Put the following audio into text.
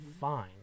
fine